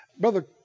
Brother